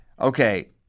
Okay